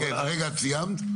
את סיימת?